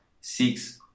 six